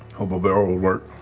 hobo barrel will work.